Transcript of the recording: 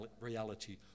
reality